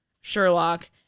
Sherlock